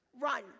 Run